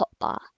hotbar